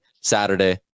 Saturday